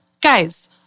guys